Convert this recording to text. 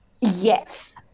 Yes